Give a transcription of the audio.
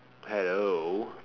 hello